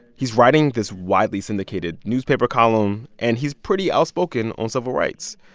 he's writing this widely syndicated newspaper column. and he's pretty outspoken on civil rights.